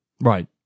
Right